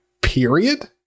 period